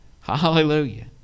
Hallelujah